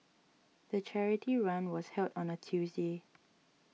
the charity run was held on a Tuesday